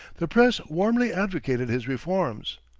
the press warmly advocated his reforms.